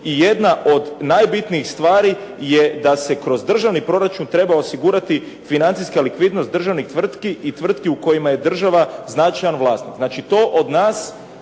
I jedna od najbitnijih stvari je da se kroz državni proračun treba osigurati financijska likvidnost državnih tvrtki i tvrtki u kojima je država značajan vlasnik. Znači to od nas,